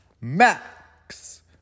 Max